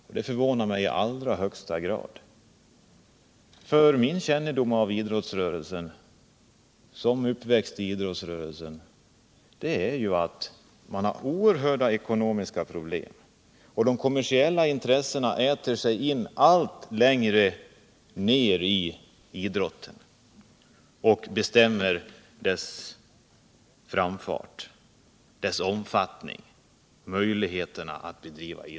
Detta förvånar mig i allra högsta grad, eftersom jag såsom uppväxt i idrottsrörelsen känner till att den har oerhört stora ekonomiska problem och att kommersiella intressen äter sig allt längre ner i idrotten och bestämmer dess framfart, dess omfattning och dess möjligheter.